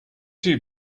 too